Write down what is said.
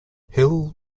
hill